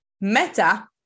meta